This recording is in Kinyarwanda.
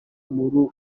murumuna